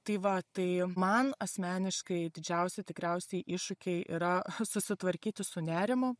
tai va tai man asmeniškai didžiausi tikriausiai iššūkiai yra susitvarkyti su nerimu